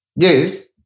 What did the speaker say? Yes